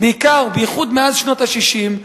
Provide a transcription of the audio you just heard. בייחוד מאז שנות ה-60,